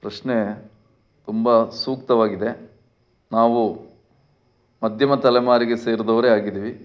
ಪ್ರಶ್ನೆ ತುಂಬ ಸೂಕ್ತವಾಗಿದೆ ನಾವು ಮಧ್ಯಮ ತಲೆಮಾರಿಗೆ ಸೇರದೋರೇ ಆಗಿದ್ದೀವಿ